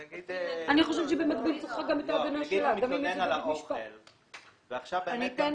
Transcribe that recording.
נגיד הוא מתלונן על האוכל ועכשיו באמת כבר